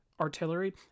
Artillery